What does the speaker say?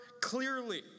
clearly